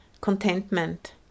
Contentment